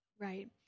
right